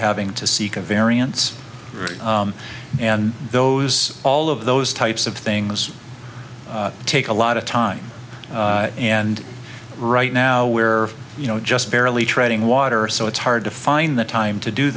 having to seek a variance and those all of those types of things take a lot of time and right now where you know just barely treading water so it's hard to find the time to do